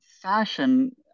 fashion